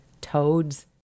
toads